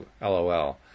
LOL